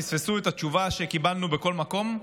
פספסו את התשובה שקיבלנו בכל מקום.